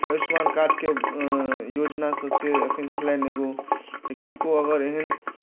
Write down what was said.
आयुष्मान कार्डके योजनासँ से एखन छलनि एगो जे किनको अगर एहन